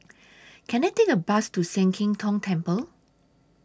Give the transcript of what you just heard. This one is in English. Can I Take A Bus to Sian Keng Tong Temple